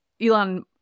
Elon